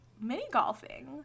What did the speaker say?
mini-golfing